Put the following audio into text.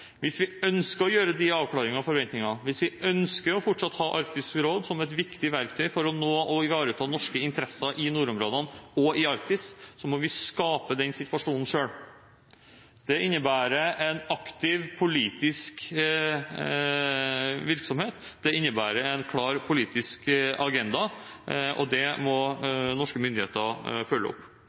Hvis vi ønsker å avklare forventninger, hvis vi fortsatt ønsker å ha Arktisk råd som et viktig verktøy for å ivareta norske interesser i nordområdene og i Arktis, må vi skape den situasjonen selv. Det innebærer en aktiv politisk virksomhet, det innebærer en klar politisk agenda, og det må norske myndigheter følge opp.